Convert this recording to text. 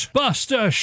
buster